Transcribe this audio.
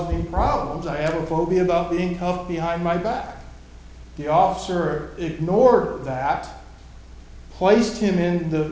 the problems i have a phobia about being behind my back the officer ignore that placed him in the